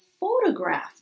photograph